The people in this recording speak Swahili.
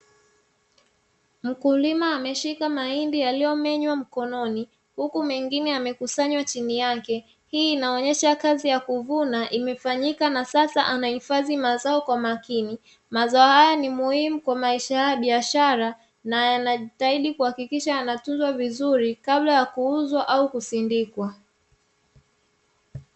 Mkulima ameshika mahindi yaliyomenywa mkononi huku mengine yamekusanywa chini yake hii inaonyesha kazi ya kuvuna imefanyika na sasa anahifadhi mazao kwa makini, mazo haya ni muhimu kwa maisha haya ya biashara na anajitahidi kuhakikisha yanatunzwa vizuri kabla ya kuuzwa au kusindikwa.